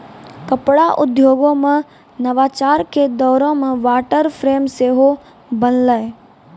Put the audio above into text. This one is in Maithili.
कपड़ा उद्योगो मे नवाचार के दौरो मे वाटर फ्रेम सेहो बनलै